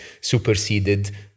superseded